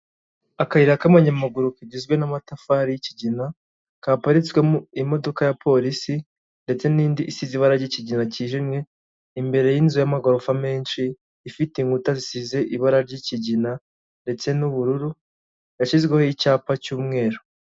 akayira k'amanyamaguru kagizwe n'amatafari y'ikigina, kaparitswemo imodoka ya polisi, ndetse n'indi isize ibara ry'ikigina cyijimye, imbere y'inzu y'amagorofa menshi ifite inkuta zisize ibara ry'ikigina ndetse n'ubururu, yashyizweho icyapa cy'umweru.